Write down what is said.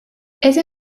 ese